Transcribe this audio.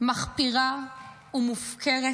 מחפירה ומופקרת,